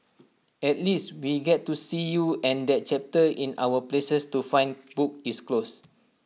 at least we get to see you and that chapter in our places to find book is closed